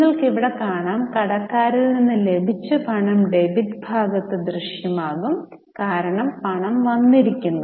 നിങ്ങൾക്ക് ഇവിടെ കാണാം കടക്കാരിൽ നിന്ന് ലഭിച്ച പണം ഡെബിറ്റ് ഭാഗത്ത് ദൃശ്യമാകും കാരണം പണം വന്നിരിക്കുന്നു